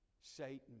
Satan